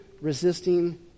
resisting